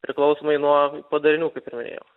priklausomai nuo padarinių kaip ir minėjau